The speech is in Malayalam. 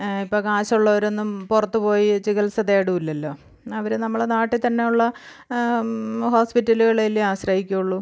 ഇപ്പോൾ കാശുള്ളവരൊന്നും പുറത്തുപോയി ചികിത്സ തേടില്ലല്ലോ അവർ നമ്മളെ നാട്ടിൽ തന്നെയുള്ള ഹോസ്പിറ്റലുകളെ അല്ലേ ആശ്രയിക്കുകയുള്ളൂ